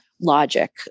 logic